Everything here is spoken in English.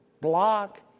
block